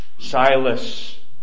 Silas